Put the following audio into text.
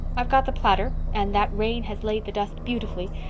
i've got the platter, and that rain has laid the dust beautifully.